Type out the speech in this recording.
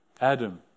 Adam